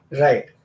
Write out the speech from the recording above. Right